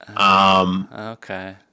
Okay